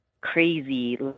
crazy